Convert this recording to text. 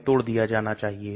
इस संरचना को देखें